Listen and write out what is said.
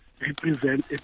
represent